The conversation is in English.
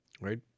right